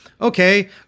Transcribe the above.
okay